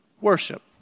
worship